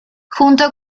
junto